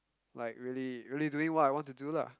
like really really doing what I want to do lah